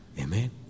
Amen